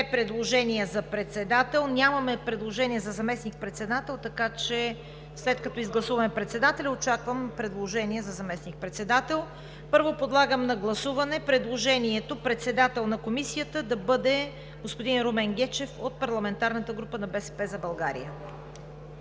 предложения за председател. Нямаме предложение за заместник-председател, така че, след като изгласуваме председателя, очаквам предложения за заместник председател. Първо, подлагам на гласуване предложението председател на Комисията да бъде господин Румен Гечев от парламентарната група на „БСП за България“.